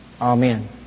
amen